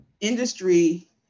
industry